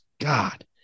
God